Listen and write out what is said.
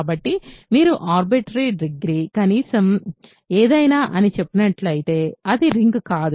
కాబట్టి మీరు arbitrarily degree అని కనీసం ఏదైనా అని చెప్పినట్లయితే అది రింగ్ కాదు